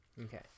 Okay